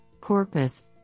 Corpus